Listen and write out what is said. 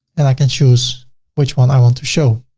and i can choose which one i want to show.